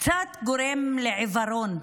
קצת גורם לעיוורון,